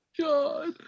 God